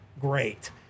great